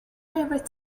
favorite